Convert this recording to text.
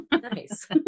nice